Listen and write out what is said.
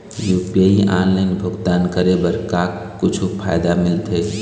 UPI online भुगतान करे बर का कुछू फायदा मिलथे?